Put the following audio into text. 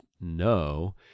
no